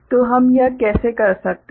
तो हम यह कैसे कर सकते हैं